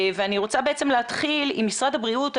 אני רוצה להתחיל עם משרד הבריאות.